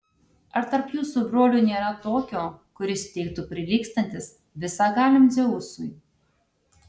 ar tarp jūsų brolių nėra tokio kuris teigtų prilygstantis visagaliam dzeusui